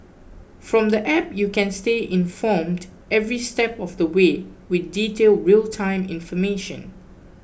from the app you can stay informed every step of the way with detailed real time information